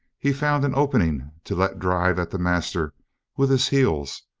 he found an opening to let drive at the master with his heels,